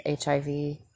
HIV